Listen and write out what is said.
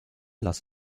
lass